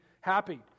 happy